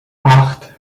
acht